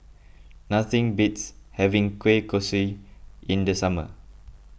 nothing beats having Kueh Kosui in the summer